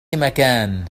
مكان